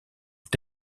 ont